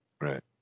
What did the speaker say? right